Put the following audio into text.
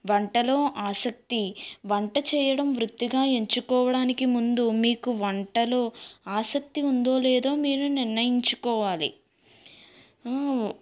వంటలో ఆసక్తి వంట చేయడం వృత్తిగా ఎంచుకోవడానికి ముందు మీకు వంటలు ఆసక్తి ఉందో లేదో మీరు నిర్ణయించుకోవాలి